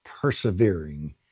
persevering